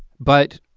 but